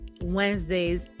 Wednesday's